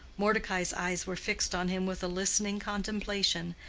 mordecai's eyes were fixed on him with a listening contemplation,